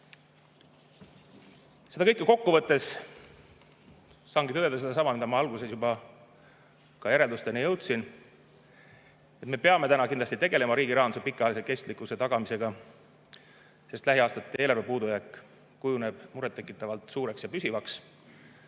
Seda kõike kokku võttes saangi tõdeda sedasama, mida ma alguses [tõdesin] järeldusteni jõudes. Me peame täna kindlasti tegelema riigi rahanduse pikaajalise kestlikkuse tagamisega, sest lähiaastate eelarvepuudujääk kujuneb murettekitavalt suureks ja püsivaks.